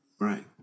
Right